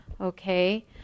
okay